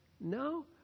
no